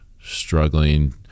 struggling